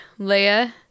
leia